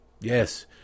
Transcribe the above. Yes